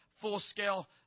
full-scale